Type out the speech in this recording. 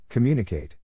Communicate